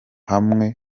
hamwe